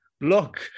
look